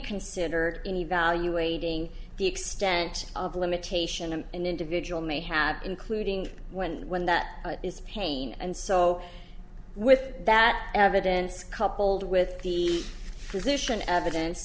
considered in evaluating the extent of limitation an individual may have including when when that is pain and so with that evidence coupled with the physician evidence